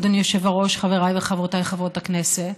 אדוני היושב-ראש, חבריי וחברותיי חברות הכנסת,